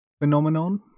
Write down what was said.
phenomenon